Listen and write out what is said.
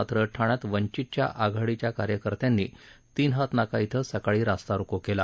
मात्र ठाण्यात वंचित आघाडीच्या कार्यकर्त्यांनी तीन हात नाका इथं सकाळी रास्तारोको केला